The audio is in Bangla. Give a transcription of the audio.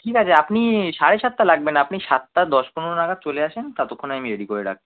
ঠিক আছে আপনি সাড়ে সাততা লাগবে না আপনি সাততা দশ পনেরো নাগাদ চলে আসেন ততক্ষণে আমি রেডি করে রাখছি